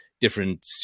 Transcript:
different